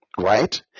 Right